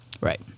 Right